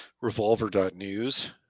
revolver.news